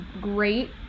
great